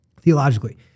theologically